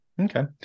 Okay